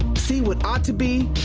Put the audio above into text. see what ought to be,